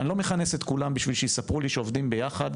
אני לא מכנס את כולם בשביל שיספרו לי שעובדים ביחד,